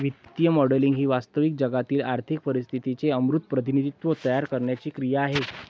वित्तीय मॉडेलिंग ही वास्तविक जगातील आर्थिक परिस्थितीचे अमूर्त प्रतिनिधित्व तयार करण्याची क्रिया आहे